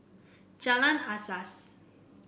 Jalan Asas